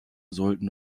sollten